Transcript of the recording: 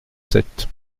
sept